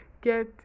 get